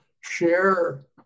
share